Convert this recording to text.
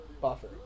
buffer